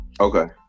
Okay